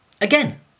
Again